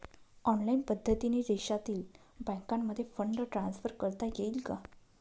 Online पद्धतीने देशातील बँकांमध्ये फंड ट्रान्सफर करता येईल का?